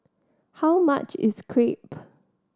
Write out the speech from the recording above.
how much is Crepe